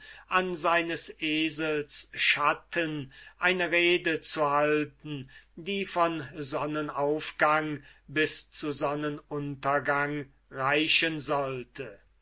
an seines esels schatten eine rede zu halten die von sonnenaufgang bis zu sonnenuntergang dauren sollte